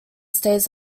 stays